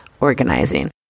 organizing